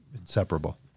inseparable